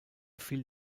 fiel